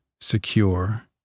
secure